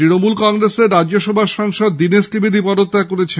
তৃণমূল কংগ্রেসের রাজ্যসভার সাংসদ দিনেশ ত্রিবেদী পদত্যাগ করেছেন